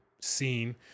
scene